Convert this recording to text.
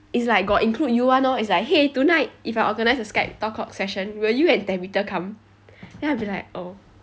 it's like got include you [one] orh it's like !hey! tonight if I organise a skype talk cock session will you and tabitha come then I'll be like oh